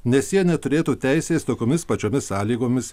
nes jie neturėtų teisės tokiomis pačiomis sąlygomis